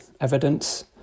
evidence